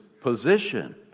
position